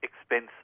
expense